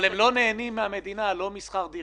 רק הם לא נהנים משכר דירה.